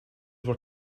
were